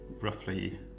roughly